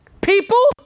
People